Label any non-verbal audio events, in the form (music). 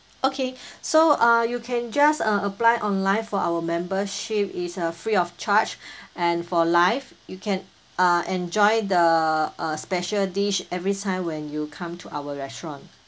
okay (breath) so uh you can just uh apply online for our membership is uh free of charge (breath) and for life you can uh enjoy the uh special dish every time when you come to our restaurant